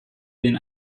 den